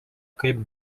kaip